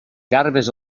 garbes